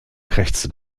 krächzte